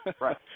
Right